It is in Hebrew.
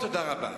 תודה רבה.